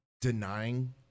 denying